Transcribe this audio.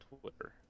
Twitter